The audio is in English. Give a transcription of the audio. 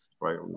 right